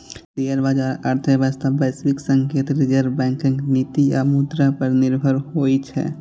share बाजार अर्थव्यवस्था, वैश्विक संकेत, रिजर्व बैंकक नीति आ मुद्रा पर निर्भर होइ छै